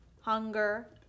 hunger